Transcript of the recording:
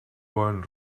bon